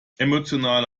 emotionale